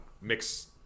mix